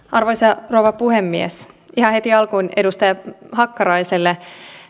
arvoisa rouva puhemies ihan heti alkuun edustaja hakkaraiselle